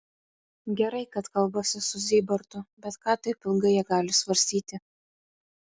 gerai kad kalbasi su zybartu bet ką taip ilgai jie gali svarstyti